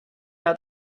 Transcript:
hat